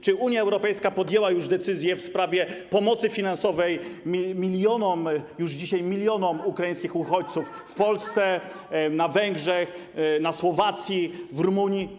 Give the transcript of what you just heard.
Czy Unia Europejska podjęła już decyzję w sprawie pomocy finansowej już dzisiaj milionom ukraińskich uchodźców w Polsce, na Węgrzech, na Słowacji, w Rumunii?